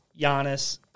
Giannis